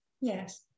Yes